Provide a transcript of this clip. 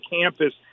campus